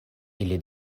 ili